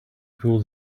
pulled